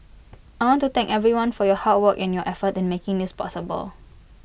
I want to thank everyone for your hard work and your effort in making this possible